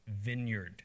vineyard